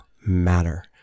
matter